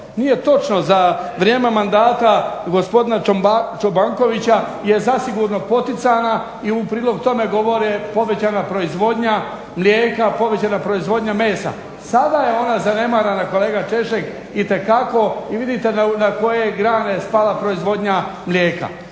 nije točno. Za vrijeme mandata gospodina Čobankovića je zasigurno poticana i u prilog tome govore povećana proizvodnja mlijeka, povećana proizvodnja mesa. Sada je ona zanemarena kolega Češek itekako i vidite na koje grane je spala proizvodnja mlijeka,